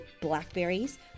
blackberries